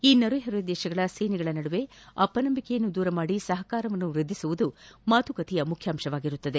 ಈ ನೆರೆಹೊರೆ ದೇಶಗಳ ಸೇನೆಗಳ ನಡುವೆ ಅಪನಂಬಿಕೆಯನ್ನು ದೂರಮಾಡಿ ಸಹಕಾರವನ್ನು ವ್ವದ್ಗಿಸುವುದು ಮಾತುಕತೆಯ ಮುಖ್ಯಾಂಶವಾಗಿದೆ